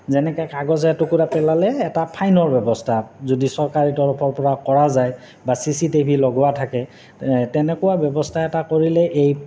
যেনেকৈ কাগজ এটুকুৰা পেলালে এটা ফাইনৰ ব্যৱস্থা যদি চৰকাৰী তৰফৰপৰা কৰা যায় বা চি চি টি ভি লগোৱা থাকে তেনেকুৱা ব্যৱস্থা এটা কৰিলে এই